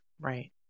Right